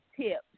tips